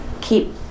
keep